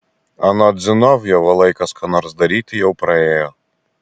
anot zinovjevo laikas ką nors daryti jau praėjo